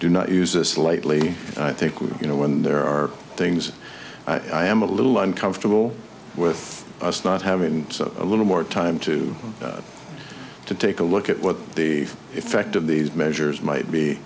do not use this lightly i think when you know when there are things i am a little uncomfortable with us not having a little more time to to take a look at what the effect of these measures might be